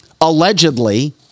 allegedly